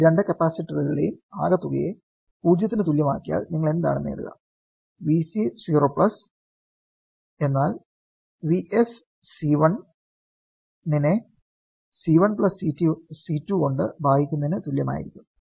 ഈ രണ്ടു കപ്പാസിറ്ററുകളുടെയും ആകെത്തുകയെ 0 ന് തുല്യമാക്കിയാൽ നിങ്ങൾ എന്താണ് നേടുക Vc 0 എന്നാൽ Vs C1 നെ C1 C2 കൊണ്ട് ഭാഗിക്കുന്നതിനു തുല്യമായിരിക്കും